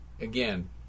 Again